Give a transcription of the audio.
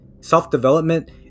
self-development